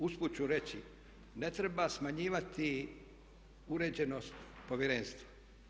Usput ću reći, ne treba smanjivati uređenost Povjerenstva.